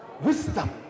wisdom